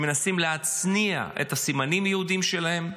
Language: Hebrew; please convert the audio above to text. שמנסים להצניע את הסימנים היהודיים שלהם.